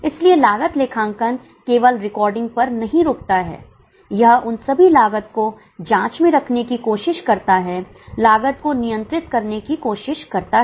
इसलिए लागत लेखांकन केवल रिकॉर्डिंग पर नहीं रुकता है यह उन सभी लागतो को जांच में रखने की कोशिश करता है लागतो को नियंत्रित करने की कोशिश करता है